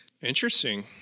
Interesting